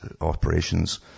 operations